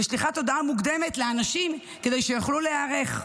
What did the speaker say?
ושליחת הודעה מוקדמת לאנשים כדי שיוכלו להיערך.